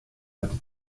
hatte